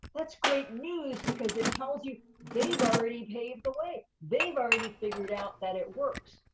that's great news, because it tells you they've already paved the way. they've already figured out that it works.